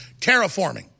Terraforming